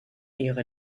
ehre